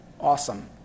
awesome